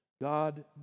God